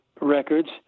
records